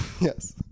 Yes